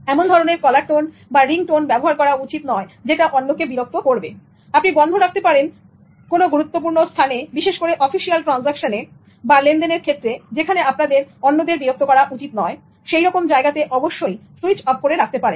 এমন ধরনের caller tone ringtone ব্যবহার করা উচিত যেটা অন্যকে বিরক্ত করবে না আপনি বন্ধ রাখতে পারেন কোন গুরুত্বপূর্ণ স্থানে বিশেষ করে অফিশিয়াল ট্রান্জাক্শনে বা লেনদেনের ক্ষেত্রে যেখানে আপনার অন্যদের বিরক্ত করা উচিত নয় সেইরকম জায়গা তে অবশ্যই সুইচ অফ করে রাখতে পারেন